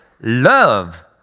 love